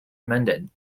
amended